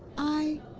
i,